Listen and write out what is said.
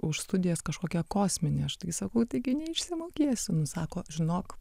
už studijas kažkokia kosminė aš tai sakau taigi išsimokėsiu nu sako žinok